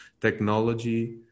technology